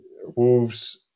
Wolves